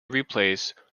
replaced